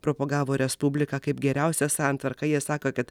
propagavo respubliką kaip geriausią santvarką jie sako kad